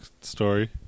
story